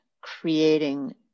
creating